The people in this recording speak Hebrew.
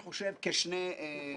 זה